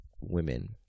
women